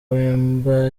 wemba